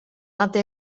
hatte